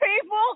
people